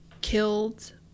killed